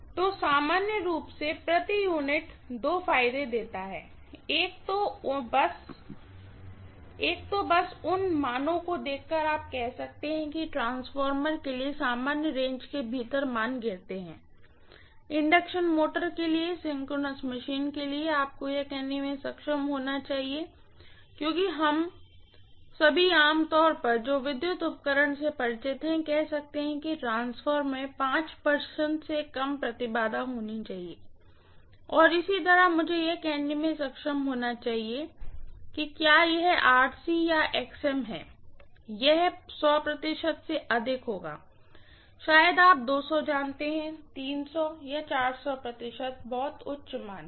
तो सामान्य रूप से प्रति यूनिट दो फायदे देता है एक तो बस उन मानों को देखकर आप कह सकते हैं कि क्या ट्रांसफॉर्मर के लिए सामान्य रेंज के भीतर मान गिरते हैं इंडक्शन मोटर के लिए सिंक्रोनस मशीन के लिए आपको यह कहने में सक्षम होना चाहिए कि क्योंकि हम सभी आम तौर पर जो विद्युत उपकरण से परिचित हैं कह सकते हैं कि ट्रांसफार्मर में प्रतिशत से कम इम्पीडेन्सएँ होनी चाहिए और इसी तरह मुझे यह कहने में सक्षम होना चाहिए कि क्या यह या है यह प्रतिशत से अधिक होगा शायद आप जानते हैं प्रतिशत बहुत उच्च मान है